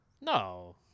no